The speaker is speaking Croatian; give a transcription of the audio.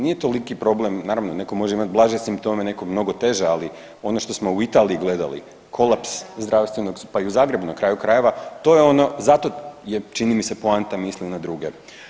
Nije toliki problem, naravno netko može imat blaže simptome, netko mnogo teže, ali ono što smo u Italiji gledali kolaps zdravstvenog, pa i u Zagrebu na kraju krajeva, to je ono, zato je čini mi se poanta misli na druge.